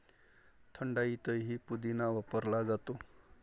थंडाईतही पुदिना वापरला जातो